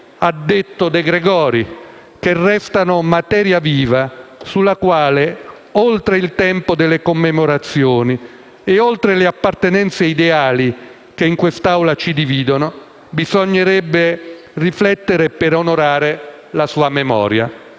ha detto De Gregori, restano materia viva sulla quale, oltre il tempo delle commemorazioni e oltre le appartenenze ideali che in quest'Assemblea ci dividono, bisognerebbe riflettere per onorare la sua memoria,